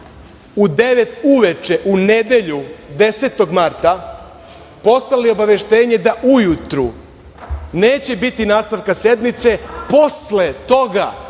čas uveče u nedelju, 10. marta, poslali obaveštenje da ujutru neće biti nastavka sednice posle toga